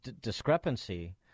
discrepancy